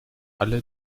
alle